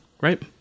right